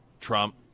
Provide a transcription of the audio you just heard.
Trump